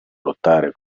lottare